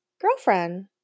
girlfriend